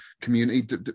community